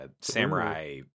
Samurai